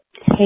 hey